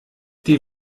die